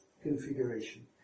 Configuration